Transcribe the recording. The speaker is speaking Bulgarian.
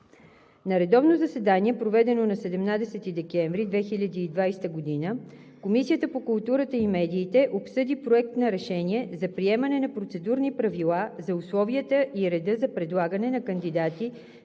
На редовно заседание, проведено на 17 декември 2020 г., Комисията по културата и медиите обсъди Проект на решение за приемане на Процедурни правила за условията и реда за предлагане на кандидати